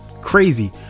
crazy